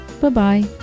Bye-bye